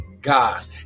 God